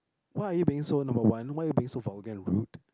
why are you being so number one why are you being so vulgar and rude